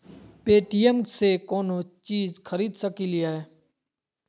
Paytm से कौनो चीज खरीद सकी लिय?